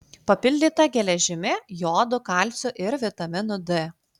papildyta geležimi jodu kalciu ir vitaminu d